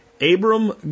Abram